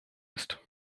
ist